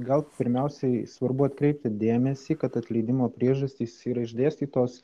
gal pirmiausiai svarbu atkreipti dėmesį kad atleidimo priežastys yra išdėstytos